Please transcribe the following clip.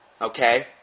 Okay